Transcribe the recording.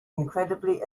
incredibly